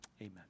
Amen